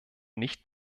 nicht